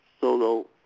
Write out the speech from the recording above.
solo